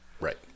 right